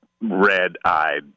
red-eyed